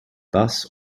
bus